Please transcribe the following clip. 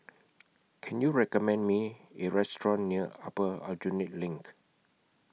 Can YOU recommend Me A Restaurant near Upper Aljunied LINK